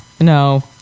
No